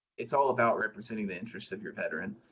it's all about representing the interests of your veteran.